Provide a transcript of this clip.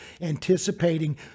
anticipating